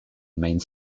maine